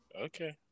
Okay